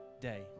day